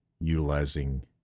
utilizing